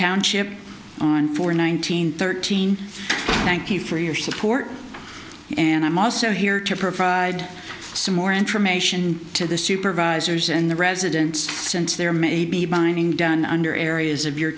township on four nine hundred thirteen thank you for your support and i'm also here to provide some more information to the supervisors and the residents since there may be binding done under areas of your